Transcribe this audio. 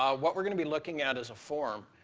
what we're going to be looking at is a form.